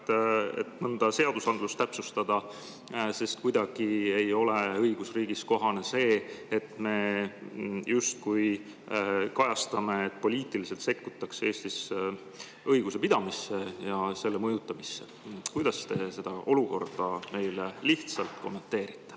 et mõnda seadust täpsustada. Sest õigusriigis ei ole kuidagi kohane see, et justkui kajastatakse, et poliitiliselt sekkutakse Eestis õiguse[mõistmisesse] ja seda mõjutatakse. Kuidas te seda olukorda meile lihtsalt kommenteerite?